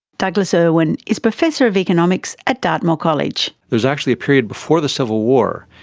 douglas irwin is professor of economics at dartmouth college. there was actually a period before the civil war,